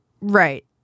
Right